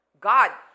god